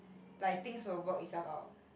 like things will work itself out